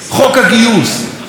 חוק הפונדקאות,